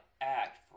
act